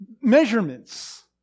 measurements